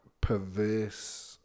perverse